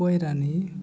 ᱯᱚᱭᱨᱟᱱᱤ